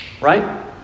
Right